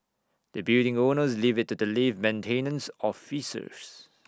the building owners leave IT to the lift maintenance officers